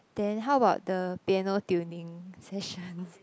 then how about the piano tuning session